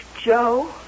Joe